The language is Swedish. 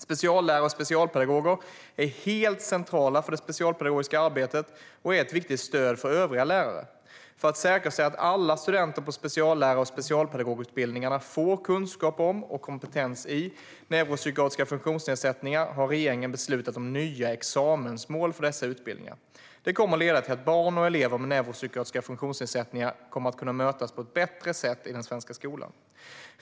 Speciallärare och specialpedagoger är helt centrala för det specialpedagogiska arbetet och ett viktigt stöd för övriga lärare. För att säkerställa att alla studenter på speciallärar och specialpedagogutbildningarna får kunskap om och kompetens i neuropsykiatriska funktionsnedsättningar har regeringen beslutat om nya examensmål för dessa utbildningar. Det kommer att leda till att barn och elever med neuropsykiatriska funktionsnedsättningar kan mötas på ett bättre sätt i den svenska skolan.